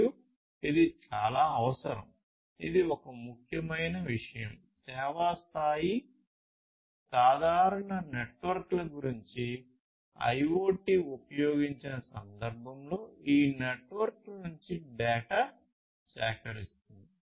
మరియు ఇది చాలా అవసరం ఇది ఒక ముఖ్యమైన విషయం సేవా స్థాయి సాధారణంగా నెట్వర్క్ల గురించి IoT ఉపయోగించిన సందర్భంలో ఈ నెట్వర్క్ల నుండి డేటాను సేకరిస్తుంది